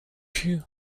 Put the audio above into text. you